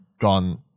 gone